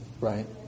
right